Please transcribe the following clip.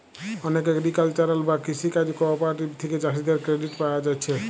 অনেক এগ্রিকালচারাল বা কৃষি কাজ কঅপারেটিভ থিকে চাষীদের ক্রেডিট পায়া যাচ্ছে